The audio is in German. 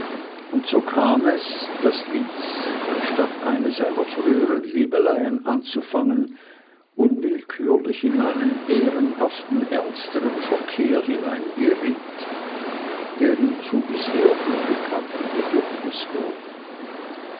und so kam es daß lys anstatt eine seiner früheren liebeleien anzufangen unwillkürlich in einen ehrenhaften ernstern verkehr hineingeriet der ihm zum bisher unbekannten bedürfnis wurde